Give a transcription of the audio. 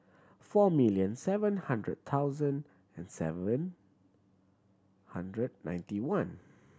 four million seven hundred thousand and seven hundred ninety one